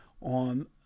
on